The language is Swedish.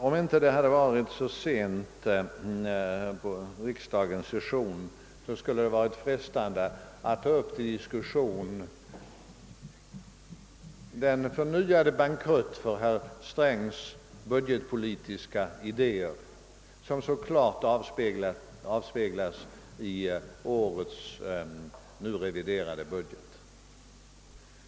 Om det inte hade varit i slutet av riksdagssessionen skulle det ha varit frestande att ta upp till diskussion den förnyade bankrutt för herr Strängs budgetpolitiska idéer, som så klart avspeglas i årets nu reviderade budget.